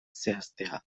zehaztea